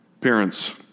Parents